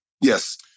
Yes